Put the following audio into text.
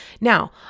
Now